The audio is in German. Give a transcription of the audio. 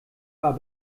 war